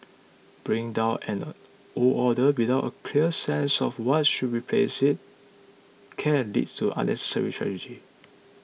bringing down an a old order without a clear sense of what should replace it can lead to unnecessary tragedy